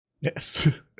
Yes